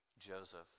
joseph